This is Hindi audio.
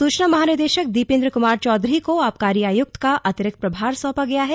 सूचना महानिदेशक दीपेंद्र कुमार चौधरी को आबकारी आयुक्त का अतिरिक्त प्रभार सौंपा गया है